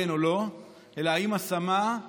כן או לא, אלא אם ההשמה היא